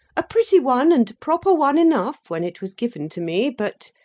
a pretty one and proper one enough when it was given to me but,